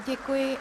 Děkuji.